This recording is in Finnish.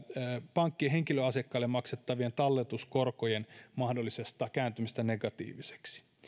pankkien henkilöasiakkaille maksettavien talletuskorkojen mahdollisesta kääntymisestä negatiiviseksi